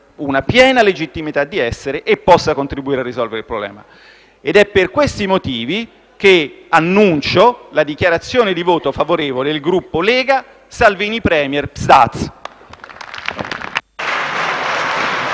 una piena legittimità di essere e possa contribuire a risolvere il problema. È per questi motivi che dichiaro il voto favorevole del Gruppo Lega-Salvini Premier-Partito